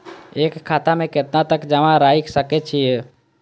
एक खाता में केतना तक जमा राईख सके छिए?